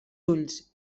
ulls